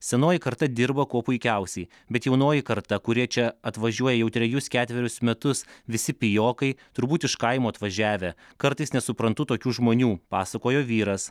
senoji karta dirba kuo puikiausiai bet jaunoji karta kurie čia atvažiuoja jau trejus ketverius metus visi pijokai turbūt iš kaimo atvažiavę kartais nesuprantu tokių žmonių pasakojo vyras